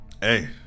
hey